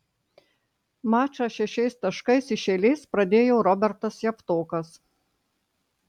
mačą šešiais taškais iš eilės pradėjo robertas javtokas